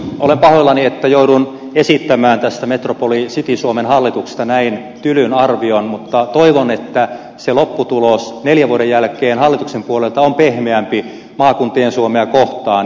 olen pahoillani että joudun esittämään tästä metropoli city suomen hallituksesta näin tylyn arvion mutta toivon että se lopputulos neljän vuoden jälkeen hallituksen puolelta on pehmeämpi maakuntien suomea kohtaan